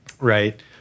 right